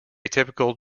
typical